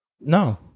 No